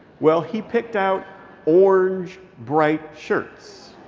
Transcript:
well, he picked out orange bright shirts.